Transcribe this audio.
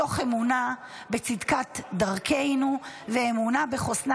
מתוך אמונה בצדקת דרכנו ואמונה בחוסנה